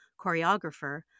choreographer